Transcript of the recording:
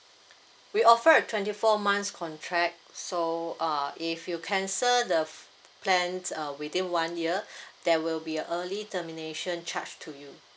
we offer a twenty four months contract so err if you cancel the plan err within one year there will be early termination charge to you